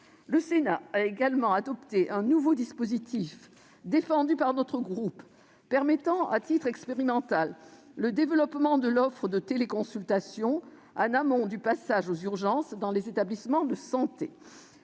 Le Sénat a également adopté un nouveau dispositif, défendu par notre groupe, permettant à titre expérimental le développement de l'offre de téléconsultation en amont du passage aux urgences dans les établissements de santé.